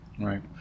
Right